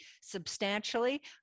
substantially